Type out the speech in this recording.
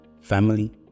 family